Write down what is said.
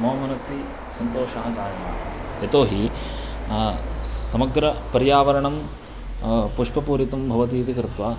मम मनसि सन्तोषः जायमानः यतोहि समग्रपर्यावरणं पुष्पपूरितं भवति इति कृत्वा